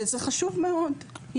וזה חשוב מאוד,